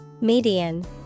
Median